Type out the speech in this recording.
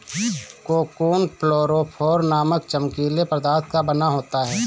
cocoon fluorophore नामक चमकीले पदार्थ का बना होता है